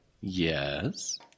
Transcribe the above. Yes